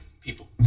people